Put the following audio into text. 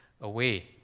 away